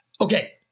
Okay